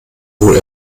wohl